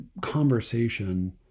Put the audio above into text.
conversation